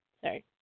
sorry